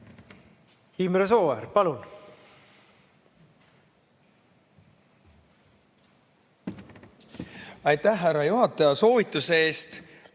Imre Sooäär, palun! Aitäh, härra juhataja, soovituse eest